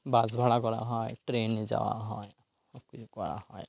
বাস ভাড়া করা হয় ট্রেনে যাওয়া হয় সব কিছু করা হয়